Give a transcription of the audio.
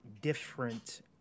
different